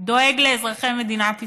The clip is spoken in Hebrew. דואג לאזרחי מדינת ישראל.